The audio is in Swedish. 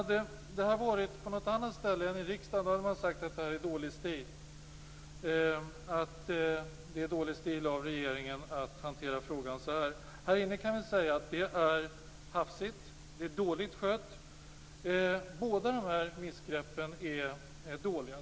Om detta hade skett på något annat ställe än i riksdagen skulle man ha sagt att det är dålig stil av regeringen att hantera frågan så här. I denna sal kan jag säga att det hela är hafsigt och dåligt skött. Båda de här missgreppen är dåliga.